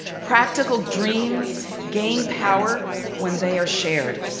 practical dreams gain power when they are shared.